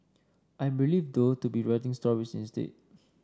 I'm relieved though to be writing stories instead